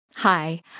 Hi